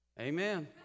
Amen